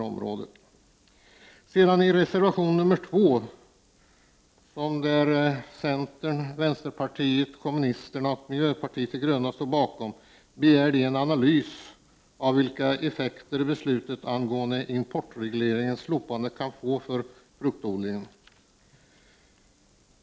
I reservation 2, som centern, vänsterpartiet kommunisterna och miljöpartiet de gröna står bakom, begärs en analys av de effekter som beslutet angående slopandet av importregleringen kan få för fruktodlingen.